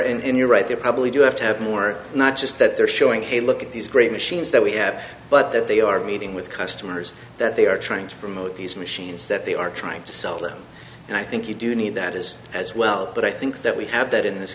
there and you're right they probably do have to have more not just that they're showing hey look at these great machines that we have but that they are meeting with customers that they are trying to promote these machines that they are trying to sell them and i think you do need that is as well but i think that we have that in this